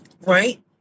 right